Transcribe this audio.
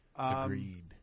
agreed